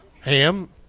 Ham